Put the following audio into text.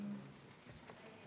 הבעת דעה?